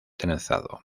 trenzado